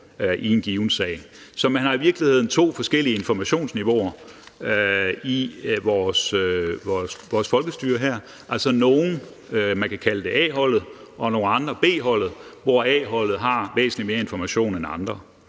i en given sag. Så man har i virkeligheden to forskellige informationsniveauer i vores folkestyre her. Altså, man kan kalde det A-holdet og B-holdet, hvor A-holdet har væsentlig mere information end andre.